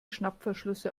schnappverschlüsse